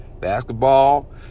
Basketball